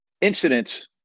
incidents